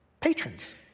patrons